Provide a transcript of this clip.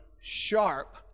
sharp